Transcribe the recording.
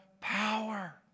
power